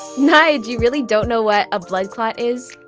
nyge, you really don't know what a blood clot is?